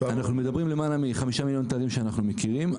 אנחנו מדברים על למעלה מ-5 מיליון תיירים שאנחנו מכירים,